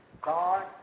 God